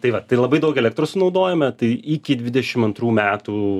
tai va tai labai daug elektros sunaudojome tai iki dvidešim antrų metų